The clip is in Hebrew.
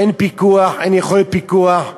אין פיקוח, אין יכולת פיקוח.